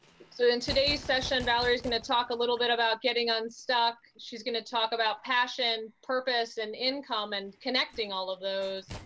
so, in today's session, valerie's gonna talk a little bit about getting unstuck. she's gonna talk about passion, purpose, and income and connecting all of those,